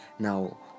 Now